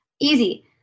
Easy